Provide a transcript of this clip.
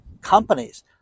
companies